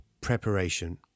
preparation